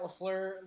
Lafleur